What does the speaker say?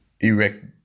erect